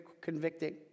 convicting